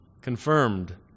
confirmed